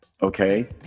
Okay